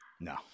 No